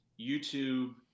YouTube